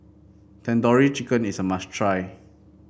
Tandoori Chicken is a must try